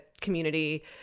community